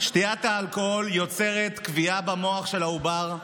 שתיית האלכוהול יוצרת כוויה במוח של העובר,